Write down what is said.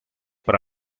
para